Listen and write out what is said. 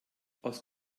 aus